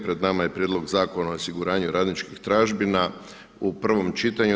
Pred nama je Prijedlog zakona o osiguranju radničkih tražbina u prvom čitanju.